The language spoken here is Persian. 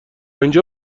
اینجا